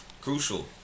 crucial